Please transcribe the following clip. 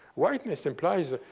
whiteness implies,